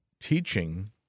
teaching